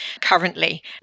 currently